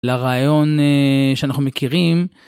לרעיון שאנחנו מכירים